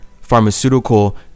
pharmaceutical